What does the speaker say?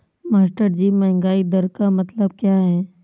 मास्टरजी महंगाई दर का मतलब क्या है?